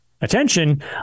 attention